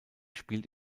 spielt